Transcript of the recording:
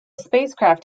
spacecraft